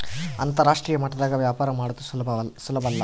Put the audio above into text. ಅಂತರಾಷ್ಟ್ರೀಯ ಮಟ್ಟದಾಗ ವ್ಯಾಪಾರ ಮಾಡದು ಸುಲುಬಲ್ಲ